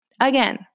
Again